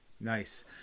Nice